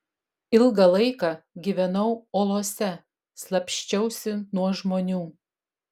ilgą laiką gyvenau olose slapsčiausi nuo žmonių